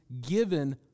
given